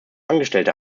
angestellte